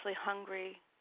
hungry